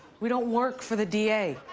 we don't work for the d a.